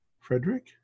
Frederick